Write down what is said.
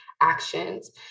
actions